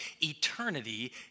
eternity